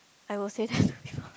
I will say that to people